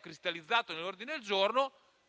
cristallizzato nell'ordine del giorno